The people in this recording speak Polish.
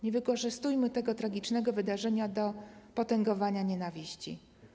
Nie wykorzystujmy tego tragicznego wydarzenia do potęgowania nienawiści.